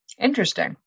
Interesting